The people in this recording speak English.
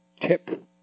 tip